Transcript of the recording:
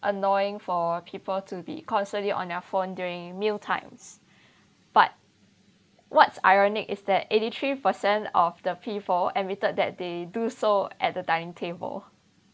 annoying for people to be constantly on their phone during mealtimes but what's ironic is that eighty three percent of the people admitted that they do so at the dining table